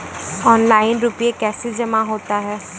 Online रुपये कैसे जमा होता हैं?